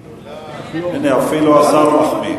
הנה, אפילו השר מחמיא.